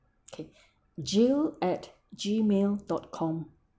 K jill at G mail dot com